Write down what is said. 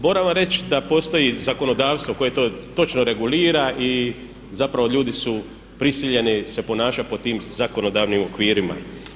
Moram vam reći da postoji zakonodavstvo koje to točno regulira i zapravo ljudi su prisiljeni se ponašati po tim zakonodavnim okvirima.